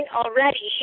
already